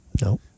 No